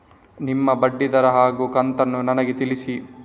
ನಿಮ್ಮ ಬಡ್ಡಿದರ ಹಾಗೂ ಕಂತನ್ನು ನನಗೆ ತಿಳಿಸಿ?